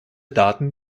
daten